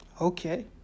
okay